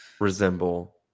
resemble